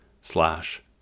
slash